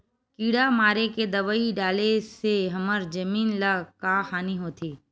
किड़ा मारे के दवाई डाले से हमर जमीन ल का हानि होथे?